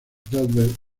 velvet